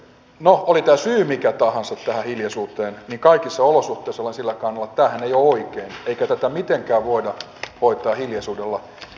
no oli tämä syy mikä tahansa tähän hiljaisuuteen niin kaikissa olosuhteissa olen sillä kannalla että tämähän ei ole oikein eikä tätä mitenkään voida hoitaa hiljaisuudella